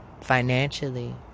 financially